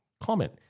comment